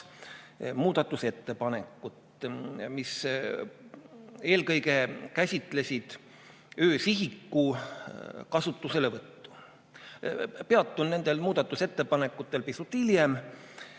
muudatusettepanekut, mis eelkõige käsitlesid öösihiku kasutuselevõttu. Peatun nendel muudatusettepanekutel pisut hiljem.